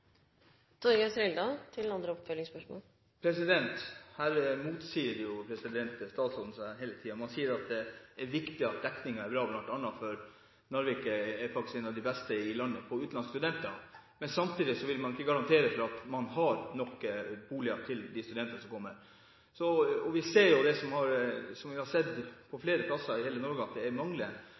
Her motsier statsråden seg selv hele tiden. Man sier at det er viktig at dekningen er bra, bl.a. fordi Narvik faktisk er en av de beste i landet på utenlandske studenter, men samtidig vil man ikke garantere for at man har nok boliger til de studentene som kommer. Vi ser jo det som vi har sett på flere plasser i hele Norge, at det er mangler.